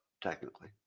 technically